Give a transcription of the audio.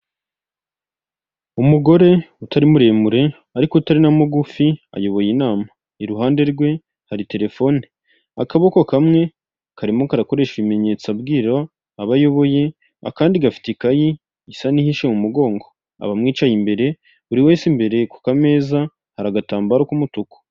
Umugore utari muremure ariko utari na mugufi ayoboye inama, iruhande rwe hari telefone, akaboko kamwe karimo karakoresha ibimenyetso abwira abo ayoboye akandi gafite ikayi isa n'ihishe mu umugongo, abamwicaye imbere buri wese imbere kukameza hari agatambaro k'umutuku.